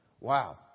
wow